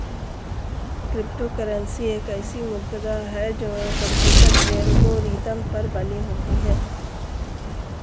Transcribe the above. crypto currency एक ऐसी मुद्रा है जो कंप्यूटर एल्गोरिदम पर बनी होती है